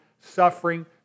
suffering